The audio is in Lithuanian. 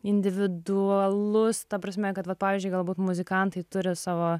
individualus ta prasme kad vat pavyzdžiui galbūt muzikantai turi savo